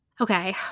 Okay